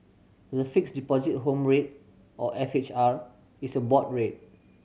the Fixed Deposit Home Rate or F H R is a board rate